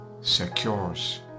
secures